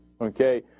Okay